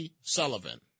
Sullivan